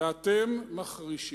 ואתם מחרישים.